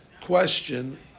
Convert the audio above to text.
question